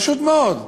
פשוט מאוד.